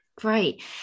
Great